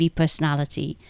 personality